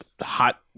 hot